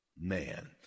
man